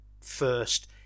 first